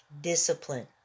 discipline